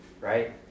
right